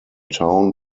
town